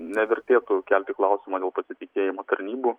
nevertėtų kelti klausimo dėl pasitikėjimo tarnybų